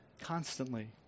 constantly